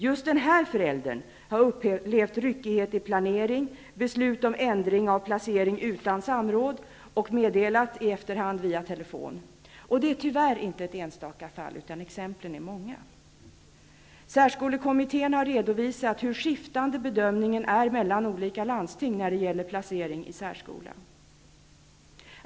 Just den här föräldern har upplevt ryckighet i planering, beslut om ändring av placering utan samråd och har meddelats i efterhand per telefon. Det är tyvärr inte ett enstaka fall det handlar om, utan exemplen är många. Särskolekommittén har redovisat hur skiftande bedömningarna är mellan olika landsting när det gäller placering i särskola.